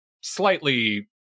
slightly